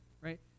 right